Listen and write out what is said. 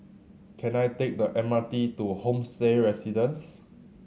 can I take the M R T to Homestay Residence